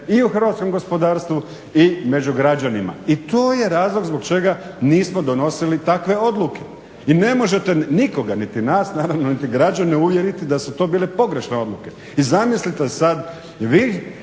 i u hrvatskom gospodarstvu i među građanima. I to je razlog zbog čega nismo donosili takve odluke. I ne možete nikoga, niti nas naravno niti građane uvjeriti da su to bile pogrešne odluke. I zamislite sad vi